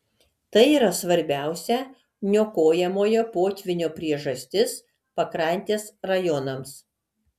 tai yra svarbiausia niokojamojo potvynio priežastis pakrantės rajonams